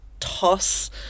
Toss